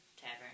tavern